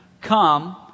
Come